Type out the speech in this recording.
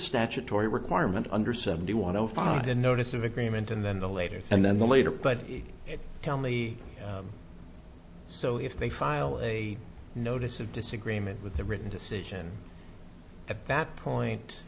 statutory requirement under seventy one off on a notice of agreement and then the later and then the later but the telly so if they file a notice of disagreement with the written decision at that point